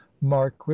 marquis